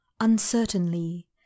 uncertainly